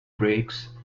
brakes